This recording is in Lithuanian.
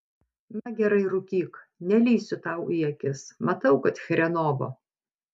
na gerai rūkyk nelįsiu tau į akis matau kad chrenovo